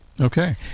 okay